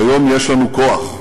כיום יש לנו כוח,